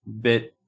bit